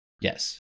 Yes